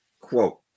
quote